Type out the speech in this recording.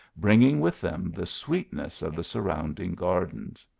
bringing with them the sweetness of the surrounding gardens.